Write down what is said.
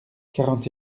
quarante